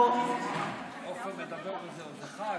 חבר הכנסת עופר כסיף.